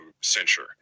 censure